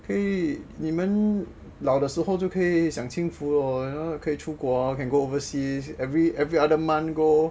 可以你们老的时候可以享清福 lor 可以出国 can go overseas every other month go